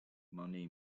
money